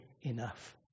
enough